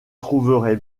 trouverai